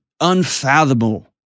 unfathomable